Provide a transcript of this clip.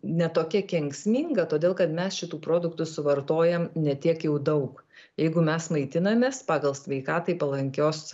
ne tokia kenksminga todėl kad mes šitų produktų suvartojam ne tiek jau daug jeigu mes maitinamės pagal sveikatai palankios